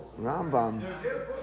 Rambam